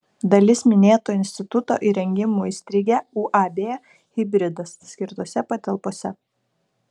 dalis minėto instituto įrengimų įstrigę uab hibridas skirtose patalpose